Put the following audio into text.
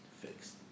fixed